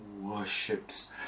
worships